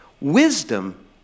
Wisdom